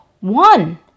one